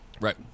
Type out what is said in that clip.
right